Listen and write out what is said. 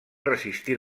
resistir